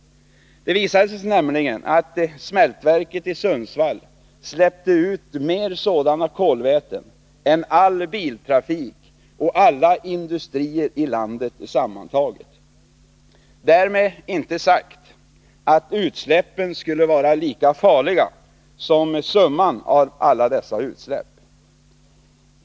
Det visade sig nämligen att smältverket i Sundsvall släppte ut mer sådana kolväten än all biltrafik och alla industrier i landet sammantaget. Därmed inte sagt att utsläppen skulle vara lika farliga som summan av alla dessa utsläpp.